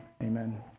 amen